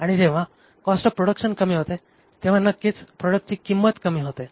आणि जेव्हा cost of production कमी होते तेव्हा नक्कीच प्रॉडक्टची किंमत कमी होते